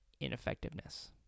ineffectiveness